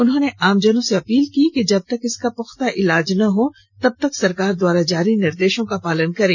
उन्होंने आमजनों से अपील की है कि जब तक इसका पुख्ता इलाज न हो तबतक सरकार द्वारा जारी निर्देशों का पालन करें